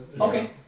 Okay